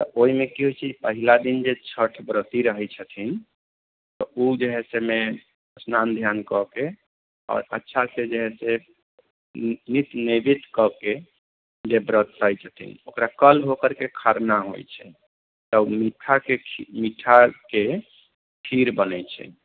तऽ ओहिमे की होइत छै पहिला दिन जे छठ व्रति रहैत छथिन तऽ ओ जे है से एहिमे स्नान ध्यान कऽके आओर अच्छासँ जे है से नित निवृत्त कऽके जे व्रत रहैत छथिन ओकरा कल होकरके खरना होइत छै तऽ मीठाके मीठाके खीर बनैत छै